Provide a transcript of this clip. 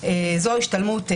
איך הדבר נעשה,